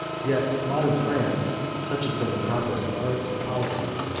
yet modern france, such has been the progress of arts and policy,